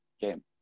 game